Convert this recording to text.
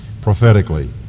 prophetically